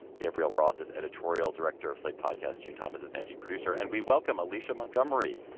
gabriel roth is editorial director of slate podcast. june thomas is managing producer. and we welcome alicia montgomery,